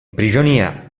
prigionia